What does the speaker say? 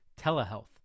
telehealth